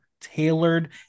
tailored